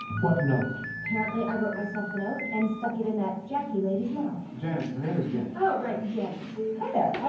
what note? apparently i wrote myself a note and stuck it in that jackie lady's mouth. janet. her name is janet. oh, right, janet. hi, there.